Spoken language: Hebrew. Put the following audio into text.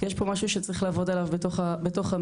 יש פה משהו שצריך לעבוד עליו בתוך המדינה,